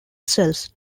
cells